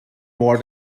more